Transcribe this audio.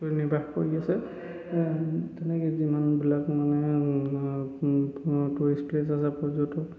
নিৰ্বাহ কৰি আছে তেনেকে যিমানবিলাক মানে টুৰিষ্ট প্লেচ আছে পৰ্যটক